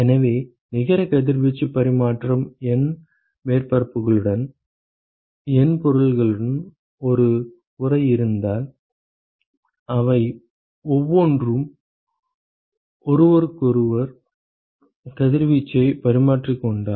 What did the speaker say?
எனவே நிகர கதிர்வீச்சு பரிமாற்றம் N மேற்பரப்புகளுடன் N பொருள்களுடன் ஒரு உறை இருந்தால் அவை ஒவ்வொன்றும் ஒருவருக்கொருவர் கதிர்வீச்சைப் பரிமாறிக்கொண்டால்